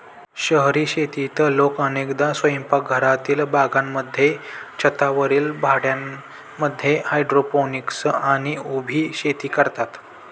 शहरी शेतीत लोक अनेकदा स्वयंपाकघरातील बागांमध्ये, छतावरील भांड्यांमध्ये हायड्रोपोनिक्स आणि उभी शेती करतात